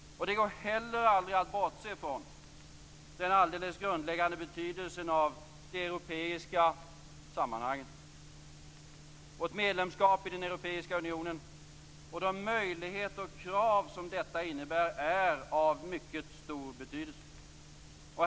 Det går heller aldrig att bortse från den alldeles grundläggande betydelsen av de europeiska sammanhangen. Vårt medlemskap i den europeiska unionen och de möjligheter och krav som detta innebär är av mycket stor betydelse.